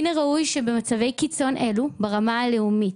מן הראוי שבמצבי קיצון אלו ברמה הלאומית,